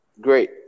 Great